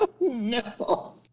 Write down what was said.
No